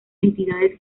entidades